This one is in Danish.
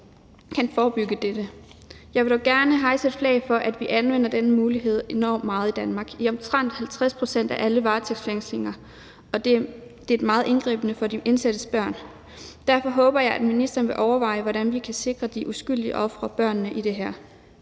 kan forebygge dette. Jeg vil dog gerne hejse et flag, for vi anvender denne mulighed enormt meget i Danmark – i omtrent 50 pct. af alle varetægtsfængslinger – og det er meget indgribende for de indsattes børn. Derfor håber jeg, at ministeren vil overveje, hvordan vi kan sikre de uskyldige ofre – børnene – i det her.